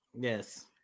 Yes